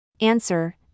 Answer